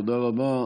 תודה רבה.